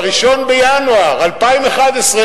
ב-1 בינואר 2011,